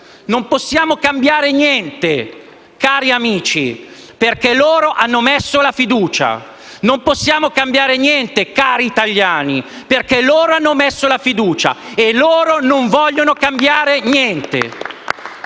Non possiamo cambiare niente, cari amici, perché loro hanno messo la fiducia. Non possiamo cambiare niente, cari italiani, perché loro hanno messo la fiducia e non vogliono cambiare niente!